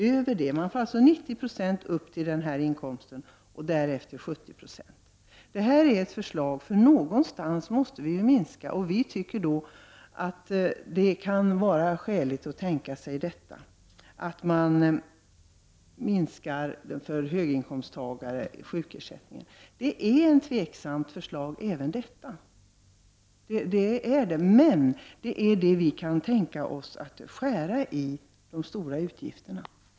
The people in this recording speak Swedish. Upp till denna inkomst får man alltså 90 26 och därefter 70 90. Någonstans måste vi ju minska, och vi tycker då att det kan vara skäl att tänka sig att minska ersättningen för höginkomsttagare. Även det förslaget är tveksamt. Men där kan vi tänka oss att skära i de stora utgifterna.